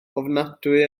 ofnadwy